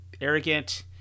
arrogant